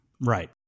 Right